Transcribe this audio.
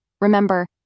remember